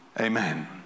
Amen